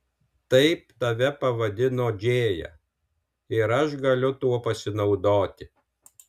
taip tave pavadino džėja ir aš galiu tuo pasinaudoti